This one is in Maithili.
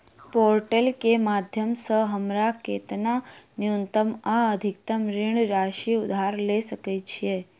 पोर्टल केँ माध्यम सऽ हमरा केतना न्यूनतम आ अधिकतम ऋण राशि उधार ले सकै छीयै?